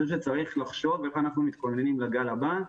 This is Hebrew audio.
צריך לחשוב איך אנחנו מתכוננים לגל הרבה.